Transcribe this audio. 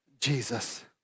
Jesus